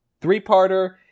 Three-parter